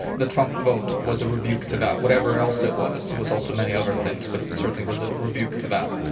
the trump vote was a rebuke to that, whatever else it was. it was also many other things, but it certainly was a rebuke to that.